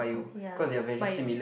ya bio